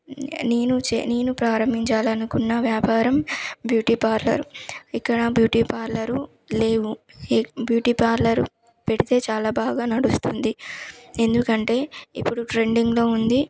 నేను చే నేను ప్రారంభించాలనుకున్న వ్యాపారం బ్యూటీ పార్లర్ ఇక్కడ బ్యూటీ పార్లర్ లేవు ఏ బ్యూటీ పార్లర్ పెడితే చాలా బాగా నడుస్తుంది ఎందుకంటే ఇప్పుడు ట్రెండింగ్లో ఉంది